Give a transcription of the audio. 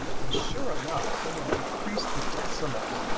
and sure ah enough someone decreased the decimals.